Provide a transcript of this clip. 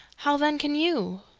how then can you?